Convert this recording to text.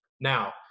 Now